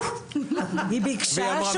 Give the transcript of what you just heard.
והיא אמרה,